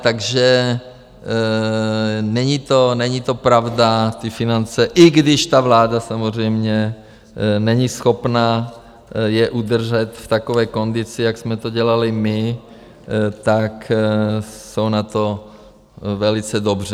Takže není to pravda, ty finance, i když ta vláda samozřejmě není schopna je udržet v takové kondici, jak jsme to dělali my, tak jsou na tom velice dobře.